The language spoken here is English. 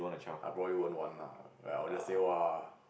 I probably won't want lah like I'll just say !woah!